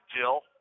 Jill